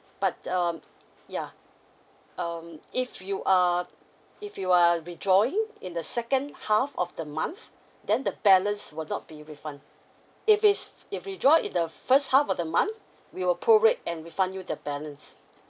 but um yeah um if you are if you are withdrawing in the second half of the month then the balance will not be refund if it's if withdraw in the first half of the month we will prorate and refund you the balance